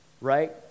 right